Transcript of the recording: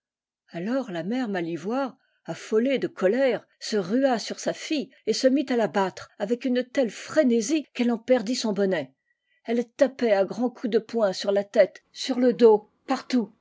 alors la mère malivoire alïolée décolère se rua sur sa fille et se mit à la battre avec une telle frénésie qu'elle en perdit son bonnet elle tapait à grands coups de poing sur la tête sur le dos partout